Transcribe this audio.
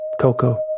Coco